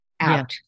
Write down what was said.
out